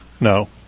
No